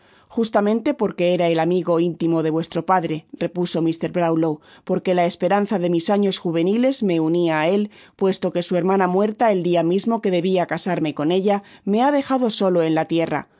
justamente porque era el amigo intimo de vuestro padre repuso mr brownlow porque la esperanza de mis años juveniles me unia á él puesto que su hermana muerta el dia mismo que debia casarme con ella me ha dejado solo en la tierra